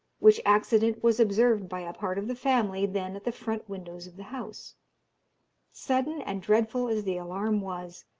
which accident was observed by a part of the family then at the front windows of the house sudden and dreadful as the alarm was,